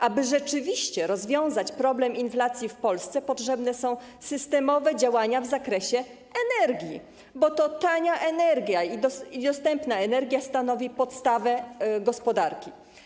Aby rzeczywiście rozwiązać problem inflacji w Polsce, potrzebne są systemowe działania w zakresie energii, bo to tania i dostępna energia stanowi podstawę gospodarki.